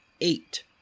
eight